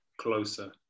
closer